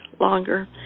longer